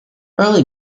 early